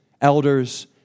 elders